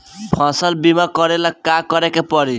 फसल बिमा करेला का करेके पारी?